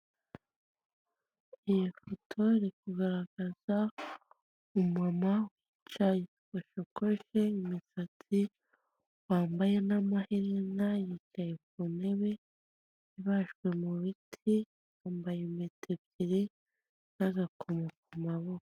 Iyo foto iri kugaragaza umumama washokoje imisatsi, wambaye n'amaherena. Yicaye ku ntebe ibajwe mu biti, yambaye inkweto ebyiri n'agakomo ku maboko.